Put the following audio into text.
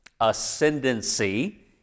ascendancy